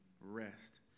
Rest